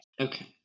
Okay